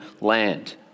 land